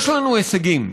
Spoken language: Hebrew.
יש לנו הישגים.